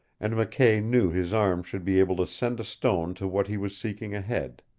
and mckay knew his arm should be able to send a stone to what he was seeking ahead.